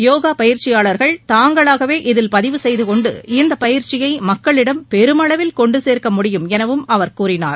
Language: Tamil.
யோகா பயிற்சியாளர்கள் தாங்களாகவே இதில் பதிவு செய்து கொண்டு இந்த பயிற்சியை மக்களிடம் பெருமளவில் கொண்டு சேர்க்க முடியும் எனவும் அவர் கூறினார்